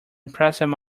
impressive